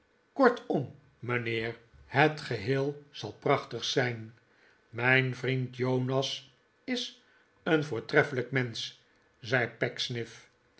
kortom mijnheer het geheel zal prachtig zijn n mijn vriend jonas is een voortreffelijk mensch zei